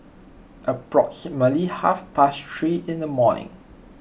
approximately half past three in the morning